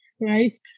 right